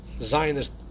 Zionist